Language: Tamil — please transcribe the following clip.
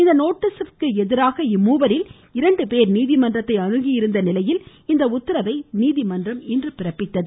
இந்த நோட்டீஸ்க்கு எதிராக இம்முவரில் இரண்டு போ நீதிமன்றத்தை அணுகியிருந்த நிலையில் இந்த உத்தரவை நீதிமன்றம் பிறப்பித்துள்ளது